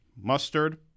mustard